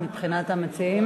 מבחינת המציעים?